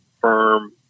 firm